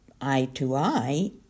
eye-to-eye